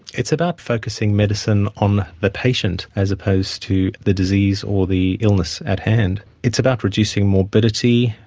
it's about focusing medicine on the patient as opposed to the disease or the illness at hand. it's about reducing morbidity,